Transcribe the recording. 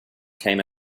came